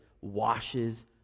washes